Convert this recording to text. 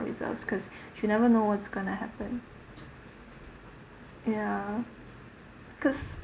resource cause you never know what's going to happen ya cause